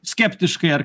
skeptiškai ar